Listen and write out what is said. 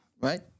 right